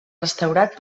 restaurat